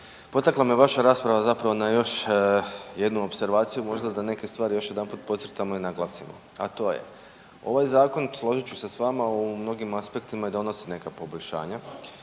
potakla me vaša rasprava zapravo na još jednu opservaciju možda da neke stvari još jedanput podcrtamo i naglasimo, a to je ovaj zakon složit ću se s vama u mnogim aspektima i donosi neka poboljšanja